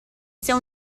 sia